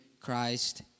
Christ